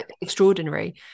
extraordinary